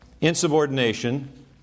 insubordination